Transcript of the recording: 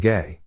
Gay